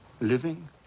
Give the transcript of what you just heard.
living